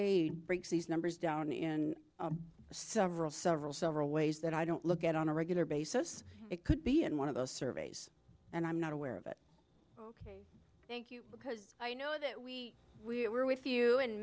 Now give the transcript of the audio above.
breaks these numbers down in several several several ways that i don't look at on a regular basis it could be in one of those surveys and i'm not aware of it thank you because i know that we we're with you and